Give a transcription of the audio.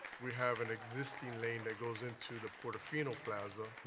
we have an existing lane that goes into the porto fino plaza.